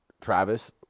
Travis